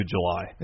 July